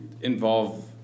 involve